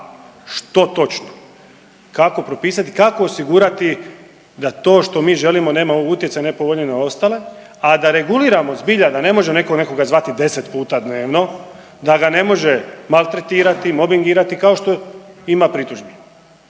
što točno, kako propisati, kako osigurati da to što mi želimo nema utjecaj nepovoljan na ostale, a da reguliramo zbilja da ne može neko nekoga zvati 10 puta dnevno, da ga ne može maltretirati, mobingirati, kao što ima pritužbi.